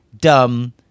dumb